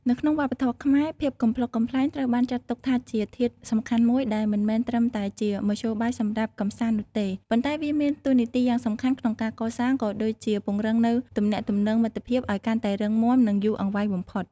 នៅក្នុងវប្បធម៌ខ្មែរ ភាពកំប្លុកកំប្លែងត្រូវបានចាត់ទុកថាជាធាតុសំខាន់មួយដែលមិនមែនត្រឹមតែជាមធ្យោបាយសម្រាប់កម្សាន្តនោះទេ ប៉ុន្តែវាមានតួនាទីយ៉ាងសំខាន់ក្នុងការកសាង ក៏ដូចជាពង្រឹងនូវទំនាក់ទំនងមិត្តភាពឲ្យកាន់តែរឹងមាំនិងយូរអង្វែងបំផុត។